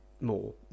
more